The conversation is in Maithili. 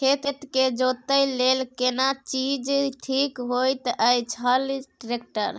खेत के जोतय लेल केना चीज ठीक होयत अछि, हल, ट्रैक्टर?